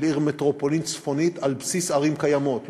עיר מטרופולין צפונית על בסיס ערים קיימות,